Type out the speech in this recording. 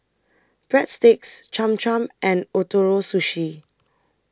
Breadsticks Cham Cham and Ootoro Sushi